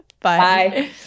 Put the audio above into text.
Bye